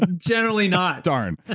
generally not darn. ah